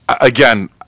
Again